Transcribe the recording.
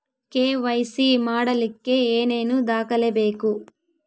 KYC ಮಾಡಲಿಕ್ಕೆ ಏನೇನು ದಾಖಲೆಬೇಕು?